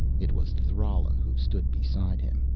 it was thrala who stood beside him,